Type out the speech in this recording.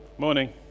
morning